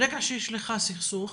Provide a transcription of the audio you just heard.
ברגע שיש לך סכסוך